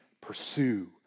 pursue